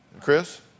Chris